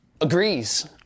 agrees